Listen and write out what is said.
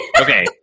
okay